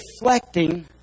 reflecting